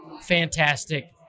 fantastic